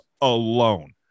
alone